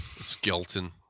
skeleton